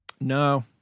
No